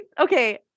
okay